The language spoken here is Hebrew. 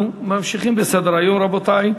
אנחנו ממשיכים בסדר-היום, רבותי: